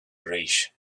arís